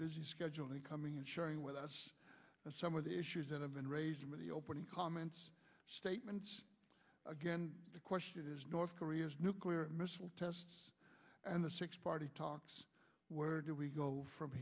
busy schedule and coming and sharing with us some of the issues that i've been raising with the opening comments statements again the question is north korea's nuclear missile test and the six party talks where do we go from